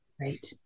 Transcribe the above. Right